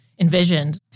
envisioned